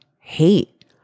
hate